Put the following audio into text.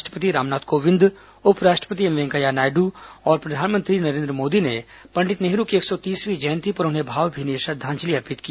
राष्ट्रपति रामनाथ कोविंद उपराष्ट्रपति एम वेंकैया नायडू और प्रधानमंत्री नरेन्द्र मोदी ने पंडित नेहरू की एक सौ तीसवीं जयंती पर उन्हें भावभीनी श्रद्धांजलि अर्पित की